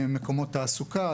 מקומות תעסוקה,